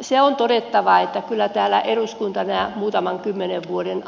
se on todettava että kyllä täällä eduskunta tämän muutaman kymmenen vuoden